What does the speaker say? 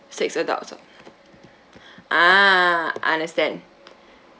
six adults ah understand